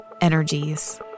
energies